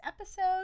episode